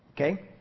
Okay